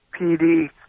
PD